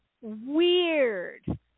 weird